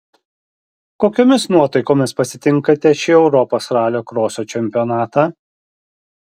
kokiomis nuotaikomis pasitinkate šį europos ralio kroso čempionatą